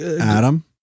adam